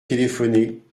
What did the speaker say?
téléphoner